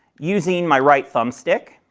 using my right thumb stick,